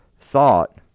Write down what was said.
thought